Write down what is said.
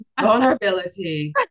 vulnerability